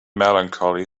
melancholy